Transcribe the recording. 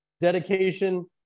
dedication